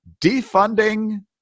defunding